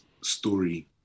story